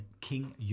King